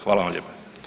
Hvala vam lijepo.